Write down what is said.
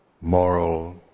moral